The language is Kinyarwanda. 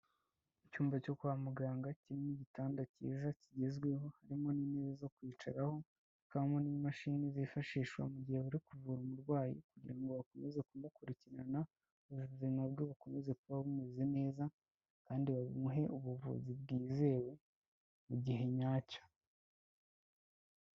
Icyumba cyo kwa muganga kirimo igitanda cyiza kigezweho harimo n'intebe zo kwicaraho, hakabamo n'imashini zifashishwa mu gihe bari kuvura umurwayi kugira ngo bakomeze kumukurikirana ubuzima bwe bukomeze kuba bumeze neza kandi bamuhe ubuvuzi bwizewe mu gihe nyacyo.